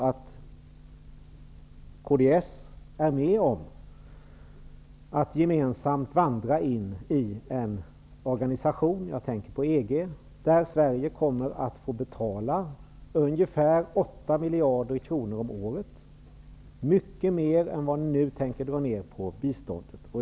Men kds är med om att vandra in i en organisation -- jag tänker på EG -- där Sverige kommer att få betala 8 miljarder om året, mycket mer än vad ni nu tänker dra ner på biståndet.